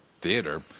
theater